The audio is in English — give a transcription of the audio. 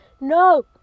no